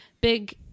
big